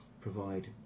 provide